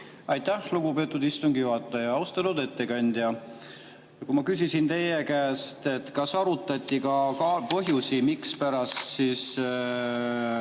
Aitäh, lugupeetud istungi juhataja! Austatud ettekandja! Kui ma küsisin teie käest, kas arutati ka põhjusi, mispärast on